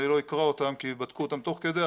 אני לא אקרא אותם כי בדקו אותם תוך כדי,